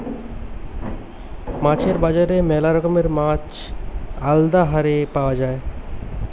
মাছের বাজারে ম্যালা রকমের মাছ আলদা হারে পাওয়া যায়